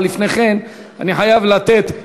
אבל לפני כן אני חייב לתת,